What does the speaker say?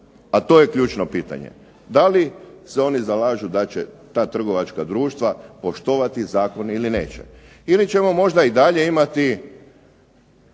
a to je ključno pitanje. DA li se oni zalažu da će ta trgovačka društva poštovati Zakon ili neće ili ćemo možda i dalje imati